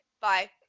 Bye